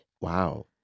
Wow